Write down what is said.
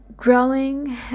growing